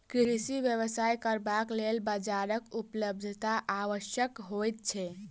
कृषि व्यवसाय करबाक लेल बाजारक उपलब्धता आवश्यक होइत छै